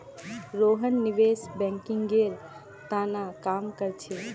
रोहन निवेश बैंकिंगेर त न काम कर छेक